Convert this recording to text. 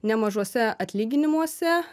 ne mažuose atlyginimuose